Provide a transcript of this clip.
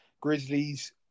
Grizzlies